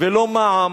ולא מע"מ.